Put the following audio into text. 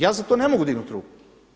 Ja za to ne mogu dignut ruku.